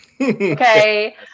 okay